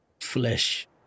flesh